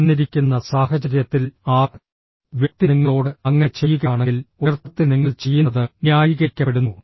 തന്നിരിക്കുന്ന സാഹചര്യത്തിൽ ആ വ്യക്തി നിങ്ങളോട് അങ്ങനെ ചെയ്യുകയാണെങ്കിൽ ഒരർത്ഥത്തിൽ നിങ്ങൾ ചെയ്യുന്നത് ന്യായീകരിക്കപ്പെടുന്നു